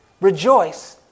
Rejoice